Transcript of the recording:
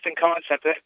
concept